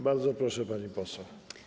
Bardzo proszę, pani poseł.